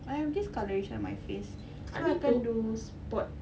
I have discolouration on my face so I can't do spot